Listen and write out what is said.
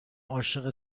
عاشق